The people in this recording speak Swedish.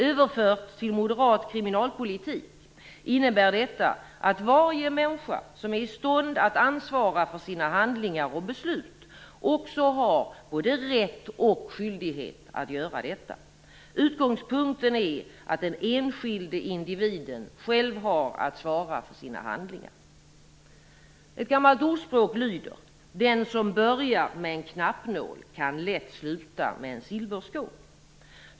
Överfört till moderat kriminalpolitik innebär detta att varje människa som är i stånd att ansvara för sina handlingar och beslut också har både rätt och skyldighet att göra detta. Utgångspunkten är att den enskilde individen själv har att svara för sina handlingar. Ett gammalt ordspråk lyder: Den som börjar med en knappnål kan lätt sluta med en silverskål.